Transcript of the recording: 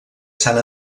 sant